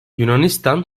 yunanistan